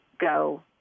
go